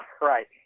right